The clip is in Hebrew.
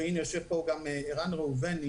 ויושב פה גם ערן ראובני,